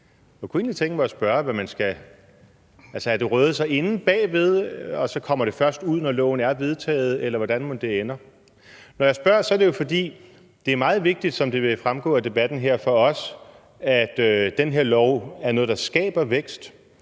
Jeg kunne egentlig tænke mig at spørge, om det røde så er inde bagved, og om det så først kommer ud, når lovforslaget er vedtaget. Eller hvordan ender det? Når jeg spørger, er det jo, fordi det for os er meget vigtigt, som det vil fremgå af debatten her, at den her lov er noget, der skaber vækst